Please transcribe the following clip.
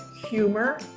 humor